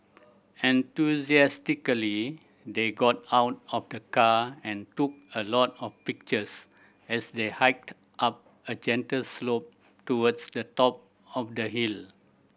enthusiastically they got out of the car and took a lot of pictures as they hiked up a gentle slope towards the top of the hill